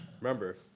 Remember